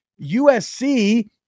USC